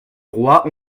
roi